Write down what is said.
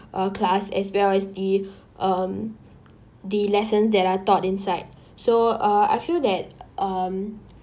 uh class as well as the um the lessons that are taught inside so uh I feel that um